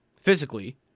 physically